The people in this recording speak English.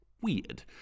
weird